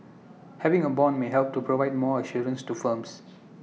having A Bond may help to provide more assurance to firms